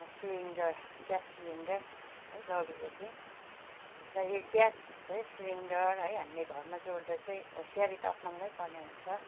cylinder gas cylinder है लगेको थिएँ र यो ग्यास सिलिन्डर है हामीले घरमा जोड्दा चाहिँ होसियारी त अपनाउनै पर्ने हुन्छ